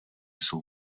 jsou